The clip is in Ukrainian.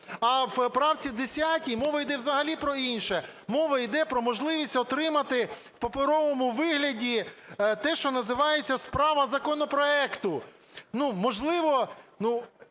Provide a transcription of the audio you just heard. А в правці 10 мова йде взагалі про інше. Мова йде про можливість отримати в паперовому вигляді те, що називається "справа законопроекту". Можливо…